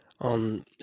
on